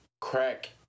crack